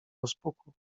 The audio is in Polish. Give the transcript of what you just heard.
rozpuku